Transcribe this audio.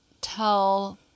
tell